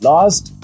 Last